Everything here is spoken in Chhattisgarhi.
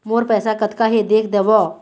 मोर पैसा कतका हे देख देव?